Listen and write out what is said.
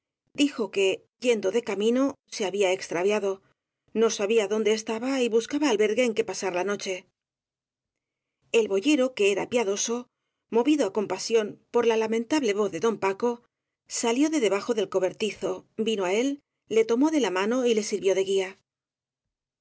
dijo que yendo de camino se había extraviado no sabía dónde estaba y buscaba albergue en que pasar la noche el boyero que era piadoso movido á compasión por la lamentable voz de don paco salió de deba jo del cobertizo vino á él le tomó de la mano y le sirvió de guía